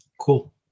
cool